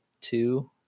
two